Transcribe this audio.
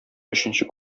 өченче